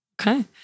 Okay